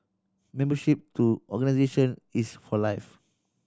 membership to organisation is for life